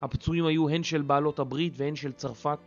הפצועים היו הן של בעלות הברית והן של צרפת